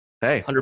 Hey